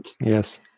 Yes